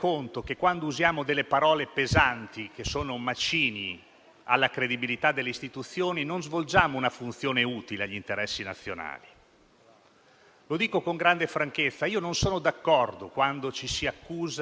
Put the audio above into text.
Lo dico con grande franchezza: non sono d'accordo quando ci si accusa di incrinare la democrazia o minacciare che siamo in presenza di una contrapposizione con le regole fondamentali della democrazia.